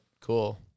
cool